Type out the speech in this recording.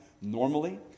normally